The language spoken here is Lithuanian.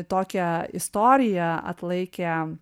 tokią istoriją atlaikė